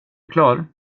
klar